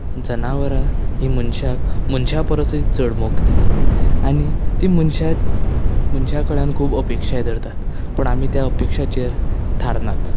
जनावरां ही मनशाक मनशां परसय चड मोग दितात आनी ती मनशांं मनशां कडल्यान खूब अपेक्षा धरतात पूण आमी त्या अपेक्षाचेर थारनात